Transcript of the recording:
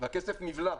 והכסף נבלע.